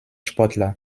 sportler